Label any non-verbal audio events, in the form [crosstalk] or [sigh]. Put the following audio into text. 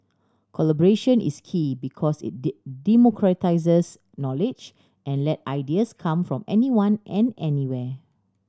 collaboration is key because it [unintelligible] democratises knowledge and let ideas come from anyone and anywhere